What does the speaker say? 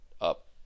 up